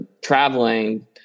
traveling